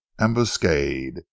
ambuscade